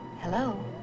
Hello